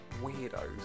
weirdos